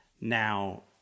Now